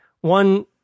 One